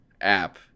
app